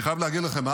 אני חייב להגיד לכם,